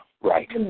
right